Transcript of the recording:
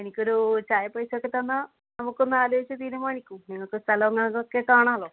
എനിക്കൊരു ചായ പൈസയൊക്കെ തന്നാൽ നമുക്കൊന്ന് ആലോചിച്ച് തീരുമാനിക്കൂ നിങ്ങൾക്ക് സ്ഥലങ്ങളൊക്കെ കാണാലോ